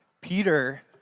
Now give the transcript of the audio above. Peter